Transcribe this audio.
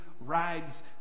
rides